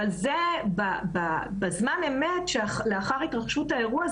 אבל בזמן האמת שלאחר התרחשות האירוע,